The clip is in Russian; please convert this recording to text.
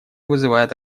вызывает